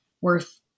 worth